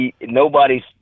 Nobody's